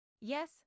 yes